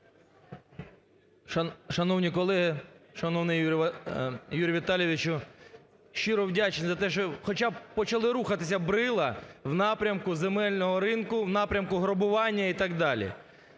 Шановні колеги, шановний Юрію Віталійовичу, щиро вдячний за те, що хоча б почали "рухатися брила" в напрямку земельного ринку, в напрямку грабування і так далі.